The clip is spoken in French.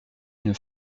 une